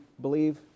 believe